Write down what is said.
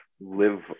live